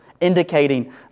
indicating